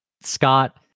scott